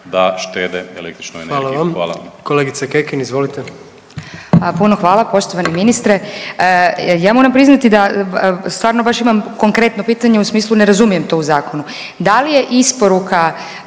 Gordan (HDZ)** Hvala vam. Kolegice Kekin, izvolite. **Kekin, Ivana (NL)** Puno hvala poštovani ministre. Ja moram priznati da stvarno baš imam konkretno pitanje u smislu ne razumijem to u zakonu. Da li je isporuka